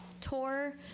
tour